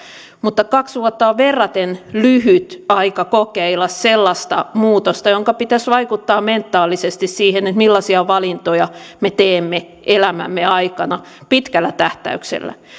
mutta kaksi vuotta on verraten lyhyt aika kokeilla sellaista muutosta jonka pitäisi vaikuttaa mentaalisesti siihen millaisia valintoja me teemme elämämme aikana pitkällä tähtäyksellä